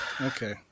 Okay